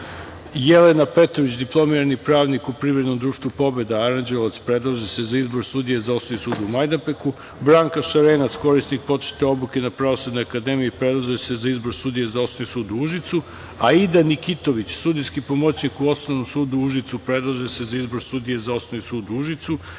Jelena Petrović, diplomirani pravnik u Privrednom društvu "Pobeda" Aranđelovac, predlaže se za izbor sudije za Osnovni sud u Majdanpeku, Branka Šarenac, korisnik početne obuke na Pravosudnoj akademiji, predlaže se za izbor sudije za Osnovni sud u Užicu, Aida Nikitović, sudijski pomoćnik u Osnovnom sudu u Užicu, predlaže se za izbor sudije za Osnovni sud u Užicu,